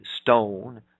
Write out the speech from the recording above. stone